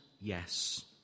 Yes